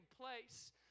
place